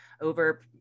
over